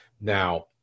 Now